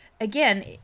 again